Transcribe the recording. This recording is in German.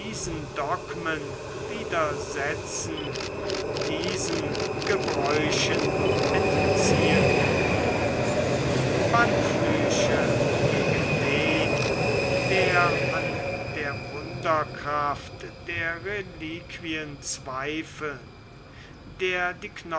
dogmen widersetzen diesen gebräuchen entziehen würde bannflüche gegen den der an der wunderkraft der reliquien zweifeln der